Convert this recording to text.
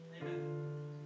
Amen